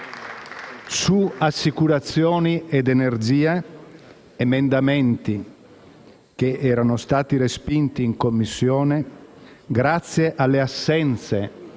su assicurazioni ed energia. Tali emendamenti erano stati respinti in Commissione grazie alle assenze